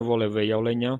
волевиявлення